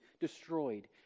destroyed